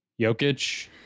Jokic